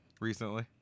recently